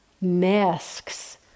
masks